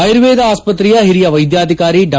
ಆಯುರ್ವೇದ ಆಸ್ಪತ್ರೆಯ ಹಿರಿಯ ವೈದ್ಯಾಧಿಕಾರಿ ಡಾ